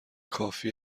کافی